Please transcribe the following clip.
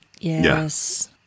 yes